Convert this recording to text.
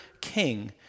king